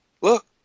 look